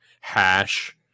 hash